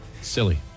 Silly